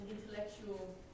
intellectual